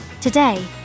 Today